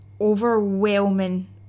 overwhelming